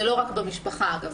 זה לא רק במשפחה אגב,